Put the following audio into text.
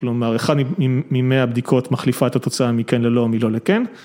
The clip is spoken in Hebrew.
כלומר, אחד ממאה בדיקות מחליפה את התוצאה מכן ללא, מלא לכן.